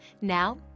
Now